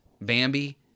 Bambi